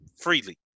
freely